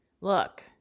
Look